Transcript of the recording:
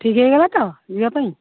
ଠିକ୍ ହେଇଗଲା ତ ଯିବା ପାଇଁ